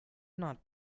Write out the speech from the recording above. not